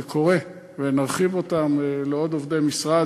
זה קורה, ונרחיב אותן לעוד עובדי משרד.